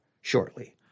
shortly